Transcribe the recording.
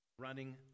running